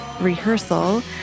rehearsal